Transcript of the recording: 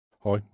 Hi